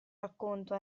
racconto